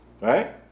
Right